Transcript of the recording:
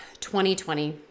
2020